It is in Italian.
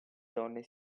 donne